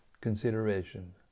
consideration